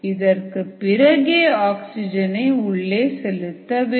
இதற்குப் பிறகே ஆக்சிஜனை உள்ளே செலுத்த வேண்டும்